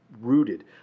rooted